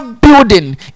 building